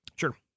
sure